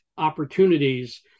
Opportunities